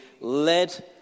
led